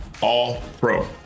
All-Pro